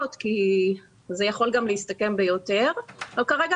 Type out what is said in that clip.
משרד החקלאות כדי לתקצב פעולות מכוח הסכמים